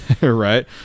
Right